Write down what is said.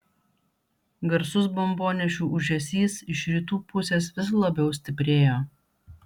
garsus bombonešių ūžesys iš rytų pusės vis labiau stiprėjo